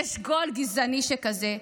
יש גועל גזעני שכזה?